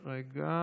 נתקבלה.